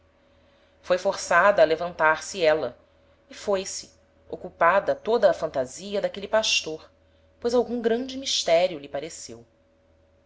foi forçada a levantar-se éla e foi-se ocupada toda a fantasia d'aquele pastor pois algum grande misterio lhe pareceu